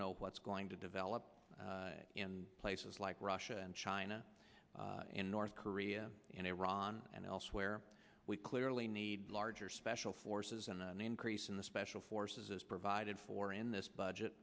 know what's going to develop in places like russia and china in north korea and iran and elsewhere we clearly need larger special forces and an increase in the special forces as provided for in this